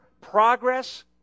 progress